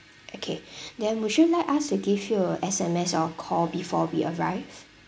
okay then would you like us to give you a S_M_S or call before we arrive